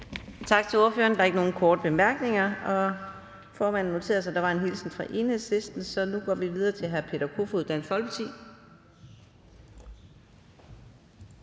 Tak til ordføreren. Der er ikke nogen korte bemærkninger, og formanden noterede sig, at der var en hilsen fra Enhedslisten. Så nu går vi videre til hr. Peter Kofod, Dansk Folkeparti.